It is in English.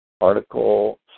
Article